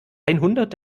einhundert